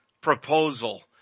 proposal